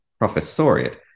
professoriate